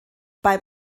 beim